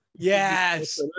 yes